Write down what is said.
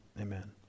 Amen